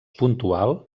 puntual